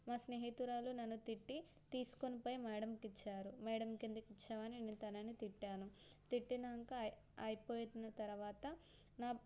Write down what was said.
మా స్నేహితురాలు నన్ను తిట్టి తీసుకుని పోయి మేడంకి ఇచ్చారు మేడంకి ఎందుకు ఇచ్చావని నేను తనని తిట్టాను తిట్టాక అయిపోయిన తర్వాత నా